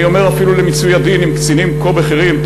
אני אומר אפילו למיצוי הדין עם קצינים כה בכירים,